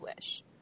Wish